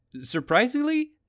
Surprisingly